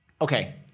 Okay